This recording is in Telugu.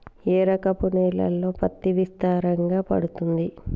ఏ రకపు నేలల్లో పత్తి విస్తారంగా పండుతది?